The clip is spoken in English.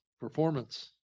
Performance